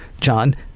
John